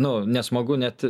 nu nesmagu net